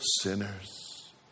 sinners